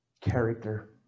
character